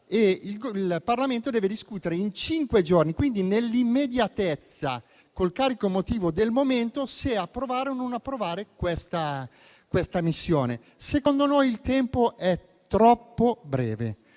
il Parlamento deve discutere in cinque giorni (quindi nell'immediatezza, col carico emotivo del momento) se approvare o no la partecipazione a questa missione. Secondo noi il tempo è troppo breve,